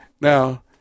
Now